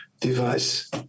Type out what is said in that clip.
device